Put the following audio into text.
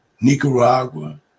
Nicaragua